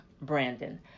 Brandon